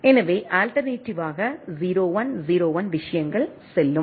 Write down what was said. எனவே ஆல்டர்நேட்டிவ்வாகALTERNATIVEY 0 1 0 1 விஷயங்கள் செல்லும்